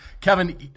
Kevin